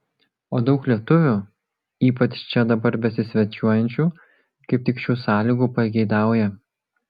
o daug lietuvių ypač čia dabar besisvečiuojančių kaip tik šių sąlygų pageidauja